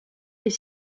est